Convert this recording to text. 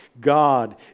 God